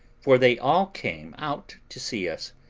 for they all came out to see us,